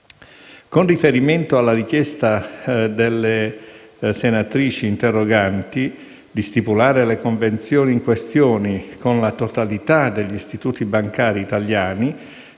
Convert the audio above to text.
Con riferimento alla richiesta delle senatrici interroganti di stipulare le convenzioni in questione con la totalità degli istituti bancari italiani,